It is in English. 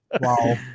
Wow